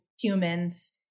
humans